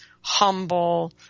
humble